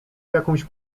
jakąś